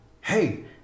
Hey